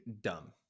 dumb